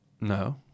No